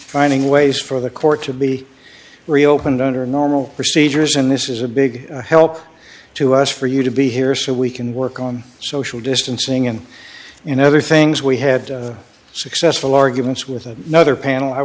finding ways for the court to be reopened under normal procedures and this is a big help to us for you to be here so we can work on social distancing and in other things we had successful arguments with another panel i